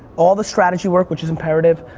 all the strategy work which is imperative,